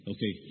Okay